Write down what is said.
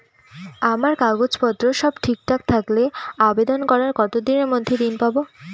আমার কাগজ পত্র সব ঠিকঠাক থাকলে আবেদন করার কতদিনের মধ্যে ঋণ পাব?